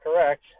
correct